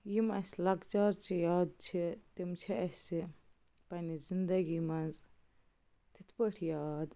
یِم اَسہِ لۄکچار چہِ یاد چھِ تِم چھِ اَسہِ پنٛنہِ زِندگی منٛز تِتھ پٲٹھۍ یاد